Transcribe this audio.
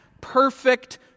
perfect